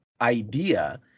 idea